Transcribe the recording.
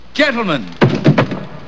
Gentlemen